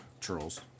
trolls